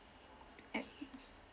at